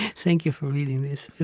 thank you for reading this.